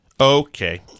okay